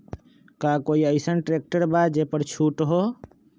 का कोइ अईसन ट्रैक्टर बा जे पर छूट हो?